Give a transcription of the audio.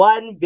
One